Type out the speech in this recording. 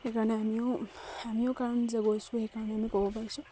সেইকাৰণে আমিও আমিও কাৰণ যে গৈছোঁ সেইকাৰণে আমি ক'ব পাৰিছোঁ